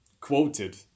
quoted